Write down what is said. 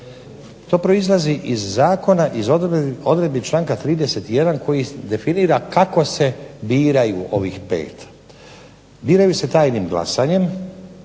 To proizlazi iz zakona, iz odredbi članka 31. koji definira kako se biraju ovih 5. Biraju se tajnim glasanjem,